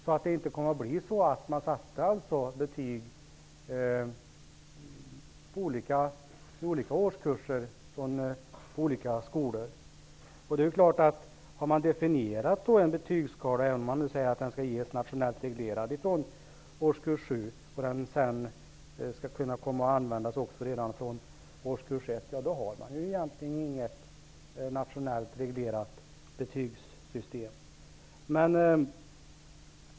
Man skulle alltså inte sätta betyg på olika sätt i olika skolor och olika årskurser. Man har definierat en betygsskala om vilken man säger att den skall vara nationellt reglerad från årskurs 7. Men man säger också att den skall kunna användas från årskurs 1. I så fall har man egentligen inget nationellt reglerat betygssystem.